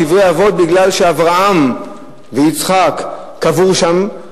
קברי אבות מפני שאברהם ויצחק קבורים שם,